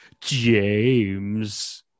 james